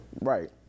Right